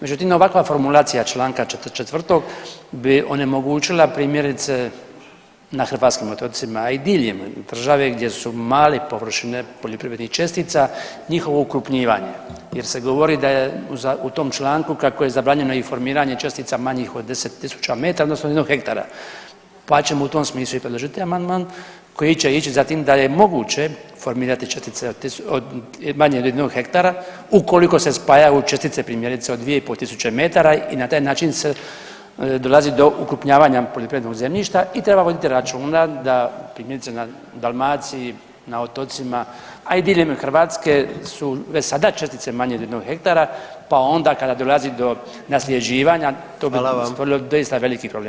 Međutim, ovakva formulacija čl. 44. bi onemogućila primjerice na hrvatskim otocima i diljem države gdje su male površine poljoprivrednih čestica njihovo okrupnjivanje jer se govori da je, u tom članku kako je zabranjeno informiranje čestica manjih od 10 tisuća metara odnosno jednog hektara, pa ćemo u tom smislu i podržati amandman koji će ići za tim da je moguće formirati čestice manje od jednog hektara ukoliko se spajaju čestice primjerice od 2500 metara i na taj način se, dolazi do okrupnjavanja poljoprivrednog zemljišta i treba voditi računa da primjerice na Dalmaciji, na otocima, a i diljem Hrvatske su već sada čestice manje od jednog hektara, pa onda kada dolazi do nasljeđivanja to bi stvorilo doista veliki problem.